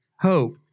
Hope